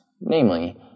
Namely